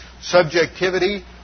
Subjectivity